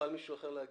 מישהו אחר יכול להגיש.